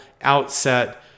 outset